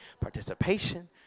participation